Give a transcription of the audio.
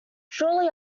shortly